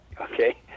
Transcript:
okay